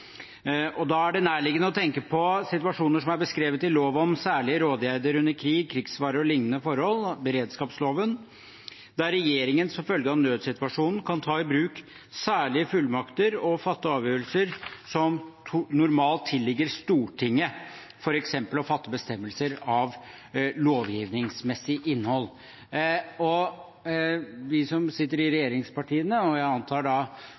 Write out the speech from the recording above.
Da er det nærliggende å tenke på situasjoner som er beskrevet i lov om særlige rådgjerder under krig, krigsfare og liknende forhold, beredskapsloven, der regjeringen som følge av nødssituasjonen kan ta i bruk særlige fullmakter og fatte avgjørelser som normalt tilligger Stortinget, f.eks. å fatte bestemmelser av lovgivningsmessig innhold. Vi som representerer regjeringspartiene, og jeg antar